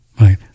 right